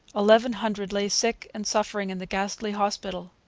eleven hundred lay sick and suffering in the ghastly hospital.